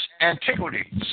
Antiquities